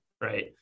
Right